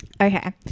okay